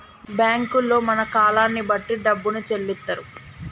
బ్యాంకుల్లో మన కాలాన్ని బట్టి డబ్బును చెల్లిత్తరు